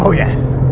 so yes.